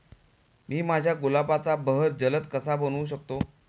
मी माझ्या गुलाबाचा बहर जलद कसा बनवू शकतो?